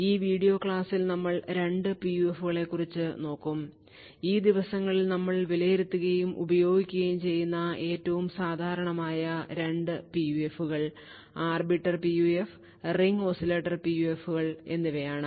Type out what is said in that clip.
ഈ വീഡിയോ ക്ലാസ്സിൽ നമ്മൾ രണ്ട് PUFകളെക്കുറിച്ചു നോക്കും ഈ ദിവസങ്ങളിൽ നമ്മൾ വിലയിരുത്തുകയും ഉപയോഗിക്കുകയും ചെയ്യുന്ന ഏറ്റവും സാധാരണമായ 2 PUFകൾ arbiter PUF ring oscillator PUF എന്നിവയാണ്